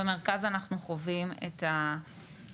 במרכז אנחנו חווים את הקושי.